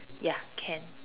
ya can